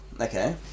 okay